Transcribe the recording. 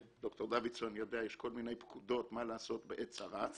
ד"ר בנימין דוידזון יודע שיש כל מיני פקודות שקובעות מה לעשות בעת צרה.